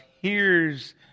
hears